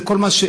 זה כל מה,